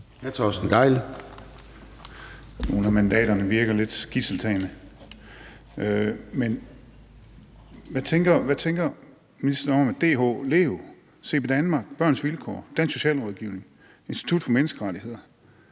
Torsten Gejl (ALT): Nogle af mandaterne virker lidt som gidseltagning. Hvad tænker ministeren om, at DH, Lev, CP Danmark, Børns Vilkår, Dansk Socialrådgiverforening, Institut for Menneskerettigheder,